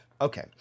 okay